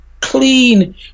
clean